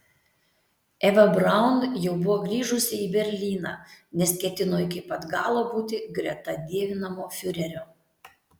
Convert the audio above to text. eva braun jau buvo grįžusi į berlyną nes ketino iki pat galo būti greta dievinamo fiurerio